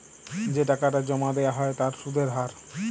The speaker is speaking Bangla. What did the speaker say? যে টাকাটা জমা দেয়া হ্য় তার সুধের হার